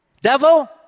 Devil